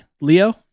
Leo